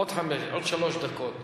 עוד שלוש דקות,